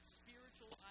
spiritual